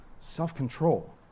self-control